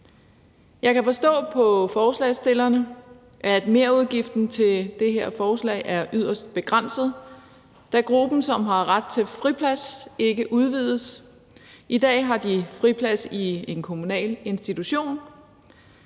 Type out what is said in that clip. Jeg kan forstå på forslagsstillerne, at merudgiften til det her forslag er yderst begrænset, da gruppen, som har ret til friplads, ikke udvides. I dag har de friplads i en kommunal institution.